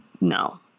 no